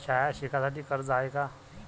शाळा शिकासाठी कर्ज हाय का?